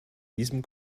diesem